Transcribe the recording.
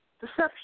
deception